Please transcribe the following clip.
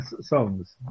songs